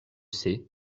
sais